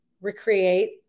recreate